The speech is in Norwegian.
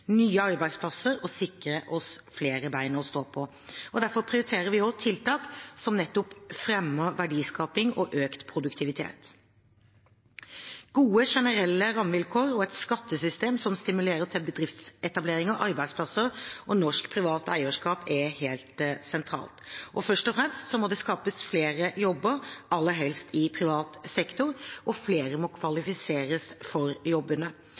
nye arbeidsplasser og sikre oss flere bein å stå på. Derfor prioriterer vi også tiltak som nettopp fremmer verdiskaping og økt produktivitet. Gode, generelle rammevilkår og et skattesystem som stimulerer til bedriftsetableringer, arbeidsplasser og norsk privat eierskap, er helt sentralt. Først og fremst må det skapes flere jobber – aller helst i privat sektor – og flere må kvalifiseres for jobbene.